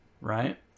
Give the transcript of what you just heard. right